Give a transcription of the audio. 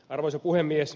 arvoisa puhemies